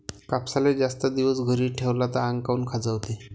कापसाले जास्त दिवस घरी ठेवला त आंग काऊन खाजवते?